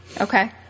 Okay